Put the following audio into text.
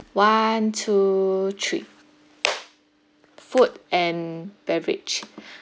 one two three food and beverage